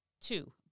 Two